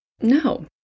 No